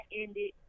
ended